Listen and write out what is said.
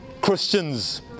Christians